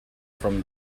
from